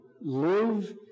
live